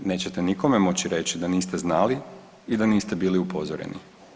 Nećete nikome moći reći da niste znali i da niste bili upozoreni.